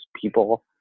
people